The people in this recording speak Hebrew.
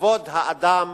כבוד האדם